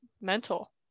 mental